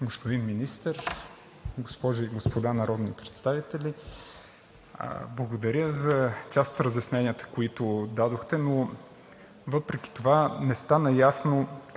господин Министър, госпожи и господа народни представители! Благодаря за част от разясненията, които дадохте, но въпреки това не стана ясно